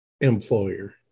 employer